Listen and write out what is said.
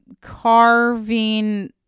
carving